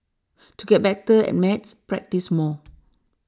to get better at maths practise more